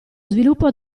sviluppo